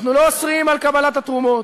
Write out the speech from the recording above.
אנחנו לא אוסרים קבלת התרומות,